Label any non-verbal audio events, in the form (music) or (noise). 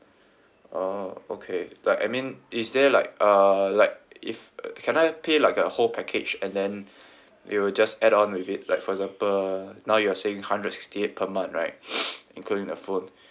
orh okay like I mean is there like uh like if uh can I pay like a whole package and then it will just add on with it like for example now you are saying hundred sixty eight per month right (noise) including the phone